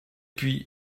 puis